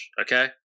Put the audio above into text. okay